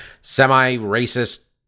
semi-racist